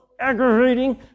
aggravating